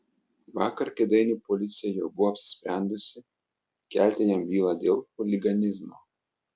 vakar kėdainių policija jau buvo apsisprendusi kelti jam bylą dėl chuliganizmo